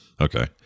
Okay